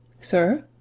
Sir